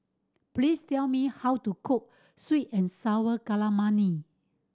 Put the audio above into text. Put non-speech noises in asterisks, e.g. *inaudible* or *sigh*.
please tell me how to cook sweet and sour *unintelligible*